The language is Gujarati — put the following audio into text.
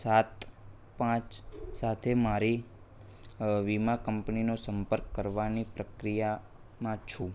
સાત પાંચ સાથે મારી વીમા કંપનીનો સંપર્ક કરવાની પ્રક્રિયામાં છું